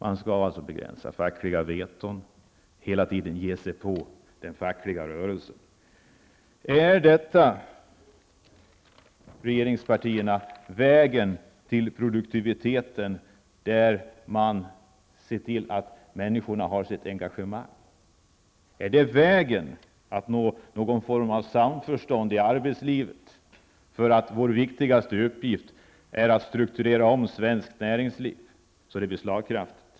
Man begränsar fackliga veton och ger sig hela tiden på den fackliga rörelsen. Är detta, regeringspartierna, vägen till produktiviteten, där man ser till att människor har ett engagemang? Är det vägen att nå någon form av samförstånd i arbetslivet? Vår viktigaste uppgift är att strukturera om svenskt näringsliv så att det blir slagkraftigt.